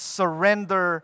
surrender